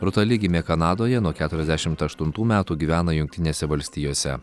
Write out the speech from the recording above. rūta li gimė kanadoje nuo keturiasdešimt aštuntų metų gyvena jungtinėse valstijose